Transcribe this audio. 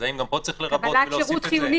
אז האם גם פה צריך לרבות ולהוסיף את זה?